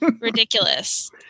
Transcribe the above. Ridiculous